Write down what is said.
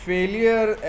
Failure